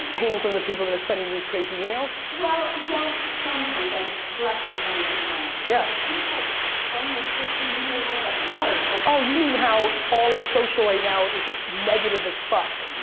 pain from the people that are sending these crazy emails? well, yes, sometimes, like directly from the client. it's just like from the social media world at large. like oh, you mean how all of social right now is just negative as fuck.